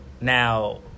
Now